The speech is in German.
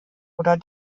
oder